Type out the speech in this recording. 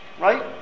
right